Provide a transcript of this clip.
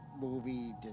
movie